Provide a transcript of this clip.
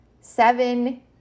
seven